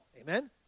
Amen